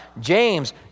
James